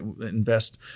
invest